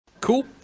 Cool